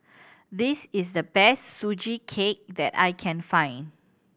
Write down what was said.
this is the best Sugee Cake that I can find